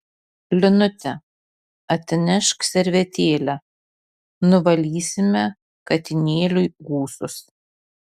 linute atnešk servetėlę nuvalysime katinėliui ūsus